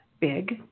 big